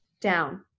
down